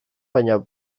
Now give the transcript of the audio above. baina